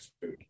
food